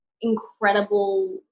incredible